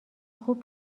خوب